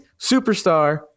superstar